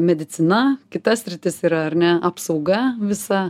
medicina kita sritis yra ar ne apsauga visa